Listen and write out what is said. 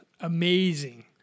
amazing